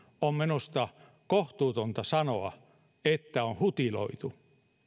on minusta kohtuutonta sanoa että on hutiloitu